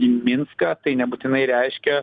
į minską tai nebūtinai reiškia